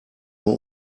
nur